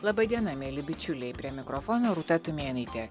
laba diena mieli bičiuliai prie mikrofono rūta tumėnaitė